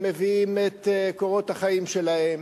והם מביאים את קורות החיים שלהם,